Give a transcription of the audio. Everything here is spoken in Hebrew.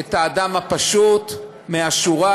את האדם הפשוט מהשורה,